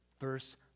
verse